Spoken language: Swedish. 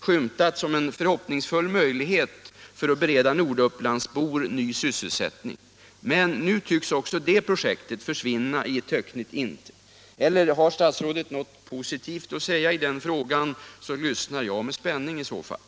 skymtat som en hoppingivande möjlighet att bereda nordupplandsbor ny sysselsättning. Men nu tycks också det projektet försvinna i ett töcknigt intet. Eller har statsrådet något positivt att säga i den frågan? Jag lyssnar med spänning i så fall.